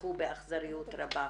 נרצחו באכזריות רבה.